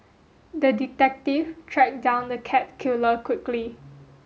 the detective tracked down the cat killer quickly